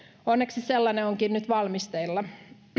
onneksi sellainen onkin nyt valmisteilla